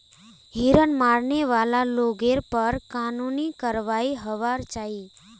हिरन मारने वाला लोगेर पर कानूनी कारवाई होबार चाई